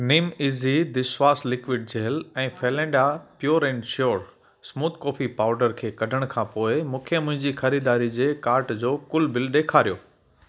निम easy dish wash liquid gel ऐं फेलेडा pure and sure smooth coffee powder खे कढण खां पोइ मूंखे मुंहिंजी ख़रीदारी जे कार्ट जो कुलु बिल ॾेखारियो